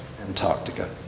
Antarctica